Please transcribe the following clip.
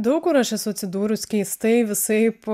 daug kur aš esu atsidūrus keistai visaip